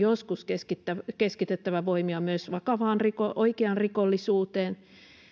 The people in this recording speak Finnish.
joskus keskitettävä voimiaan myös vakavaan oikeaan rikollisuuteen